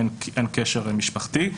אין קשר למשפחתי.